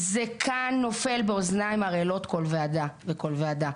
כאן זה נופל באוזניים ערלות כל ועדה וכל ועדה.